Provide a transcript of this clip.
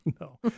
no